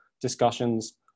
discussions